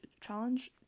challenge